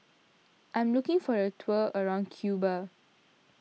I am looking for a tour around Cuba